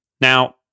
Now